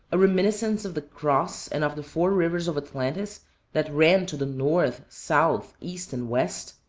a reminiscence of the cross, and of the four rivers of atlantis that ran to the north, south, east, and west?